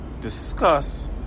discuss